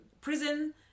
prison